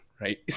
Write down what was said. right